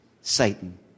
Satan